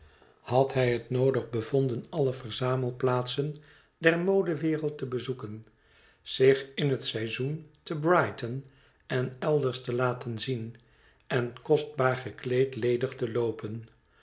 had hij het l m het verlaten huis noodig bevonden alle verzamelplaatsen der modewereld te bezoeken zich in het seizoen te brighton en elders te laten zien en kostbaar gekleed ledig te loopen